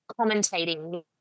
commentating